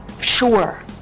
sure